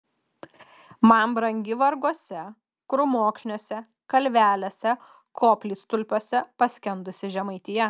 man brangi varguose krūmokšniuose kalvelėse koplytstulpiuose paskendusi žemaitija